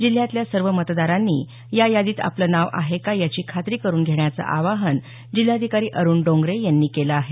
जिल्ह्यातल्या सर्व मतदारांनी या यादीत आपलं नाव आहे का याची खात्री करुन घेण्याचं आवाहन जिल्हाधिकारी अरुण डोंगरे यांनी केलं आहे